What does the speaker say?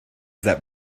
that